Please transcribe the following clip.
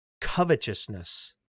covetousness